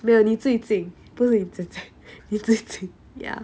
没有你最近不是你姐姐你最近 ya